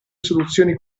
soluzioni